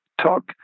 talk